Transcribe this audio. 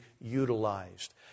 utilized